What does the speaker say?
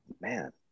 man